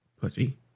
pussy